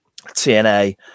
TNA